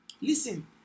Listen